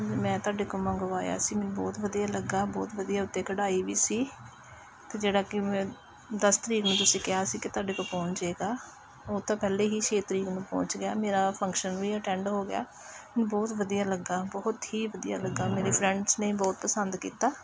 ਮੈਂ ਤੁਹਾਡੇ ਕੋਲ ਮੰਗਵਾਇਆ ਸੀ ਮੈਨੂੰ ਬਹੁਤ ਵਧੀਆ ਲੱਗਾ ਬਹੁਤ ਵਧੀਆ ਉੱਤੇ ਕਢਾਈ ਵੀ ਸੀ ਅਤੇ ਜਿਹੜਾ ਕਿ ਮ ਦਸ ਤਰੀਕ ਨੂੰ ਤੁਸੀਂ ਕਿਹਾ ਸੀ ਕਿ ਤੁਹਾਡੇ ਕੋਲ ਪਹੁੰਚ ਜਾਵੇਗਾ ਉਹ ਤਾਂ ਪਹਿਲਾਂ ਹੀ ਛੇ ਤਰੀਕ ਨੂੰ ਪਹੁੰਚ ਗਿਆ ਮੇਰਾ ਫੰਕਸ਼ਨ ਵੀ ਅਟੈਂਡ ਹੋ ਗਿਆ ਬਹੁਤ ਵਧੀਆ ਲੱਗਾ ਬਹੁਤ ਹੀ ਵਧੀਆ ਲੱਗਾ ਮੇਰੇ ਫਰੈਂਡਸ ਨੇ ਬਹੁਤ ਪਸੰਦ ਕੀਤਾ